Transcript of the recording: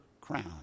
crown